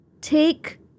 take